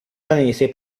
danese